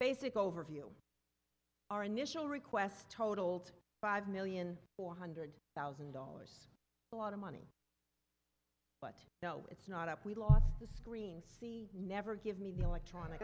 basic overview our initial request totaled five million four hundred thousand dollars a lot of money but no it's not up we lost the screen see never give me the electronic